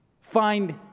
find